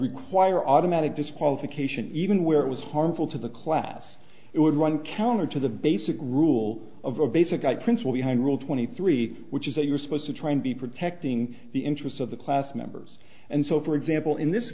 require automatic disqualification even where it was harmful to the class it would run counter to the basic rule of a basic i prince will you hand rule twenty three which is that you are supposed to try and be protecting the interests of the class members and so for example in this